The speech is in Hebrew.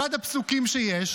אחד הפסוקים שיש,